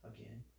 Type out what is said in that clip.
Again